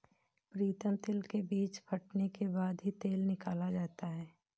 प्रीतम तिल के बीज फटने के बाद ही तेल निकाला जाता है